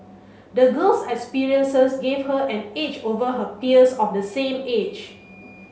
the girl's experiences gave her an edge over her peers of the same age